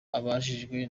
abajijwe